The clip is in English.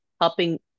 helping